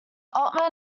ottoman